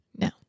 No